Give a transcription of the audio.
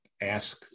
ask